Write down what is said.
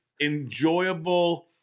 enjoyable